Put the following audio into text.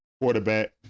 quarterback